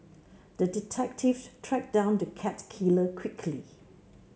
the detective tracked down the cat killer quickly